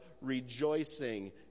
rejoicing